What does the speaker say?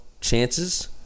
chances